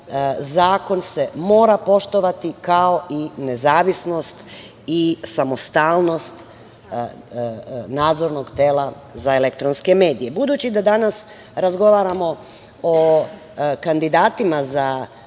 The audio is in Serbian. zakon se mora poštovati, kao i nezavisnost i samostalnost nadzornog tela za elektronske medije. Budući da danas razgovaramo o kandidatima za